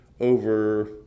over